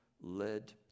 led